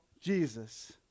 Jesus